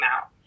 out